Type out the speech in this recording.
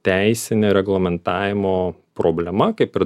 teisinė reglamentavimo problema kaip ir